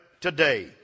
today